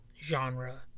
genre